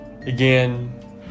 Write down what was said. again